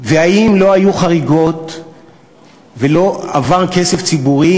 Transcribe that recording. ואם לא היו חריגות ולא עבר כסף ציבורי